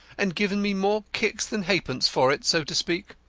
and given me more kicks than ha'pence for it, so to speak.